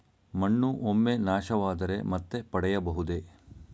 ಮಣ್ಣು ಒಮ್ಮೆ ನಾಶವಾದರೆ ಮತ್ತೆ ಪಡೆಯಬಹುದೇ?